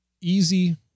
easy